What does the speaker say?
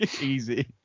easy